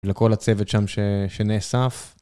לכל הצוות שם ש... שנאסף.